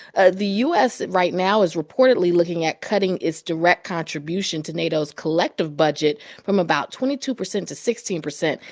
ah the u s. right now is reportedly looking at cutting its direct contribution to nato's collective budget from about twenty two percent to sixteen percent.